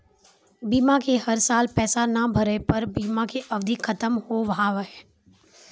बीमा के हर साल पैसा ना भरे पर बीमा के अवधि खत्म हो हाव हाय?